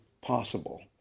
possible